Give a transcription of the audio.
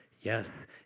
yes